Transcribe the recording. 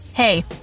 Hey